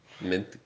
mint